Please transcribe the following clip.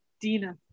Dina